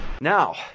Now